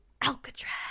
Alcatraz